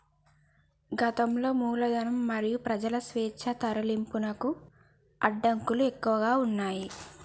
గతంలో మూలధనం మరియు ప్రజల స్వేచ్ఛా తరలింపునకు అడ్డంకులు ఎక్కువగా ఉన్నయ్